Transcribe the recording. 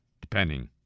depending